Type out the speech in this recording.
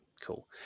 cool